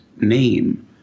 name